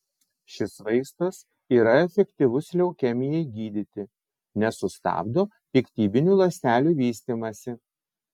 šis vaistas yra efektyvus leukemijai gydyti nes sustabdo piktybinių ląstelių vystymąsi